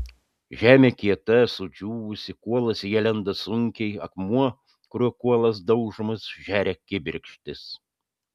žemė kieta sudžiūvusi kuolas į ją lenda sunkiai akmuo kuriuo kuolas daužomas žeria kibirkštis